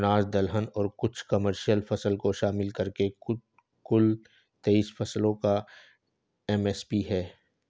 अनाज दलहन और कुछ कमर्शियल फसल को शामिल करके कुल तेईस फसलों का एम.एस.पी है